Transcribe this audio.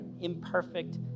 imperfect